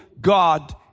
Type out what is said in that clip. God